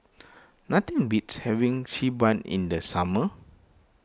nothing beats having Xi Ban in the summer